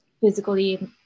physically